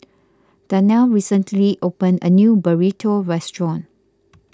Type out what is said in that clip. Darnell recently opened a new Burrito restaurant